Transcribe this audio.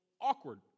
awkward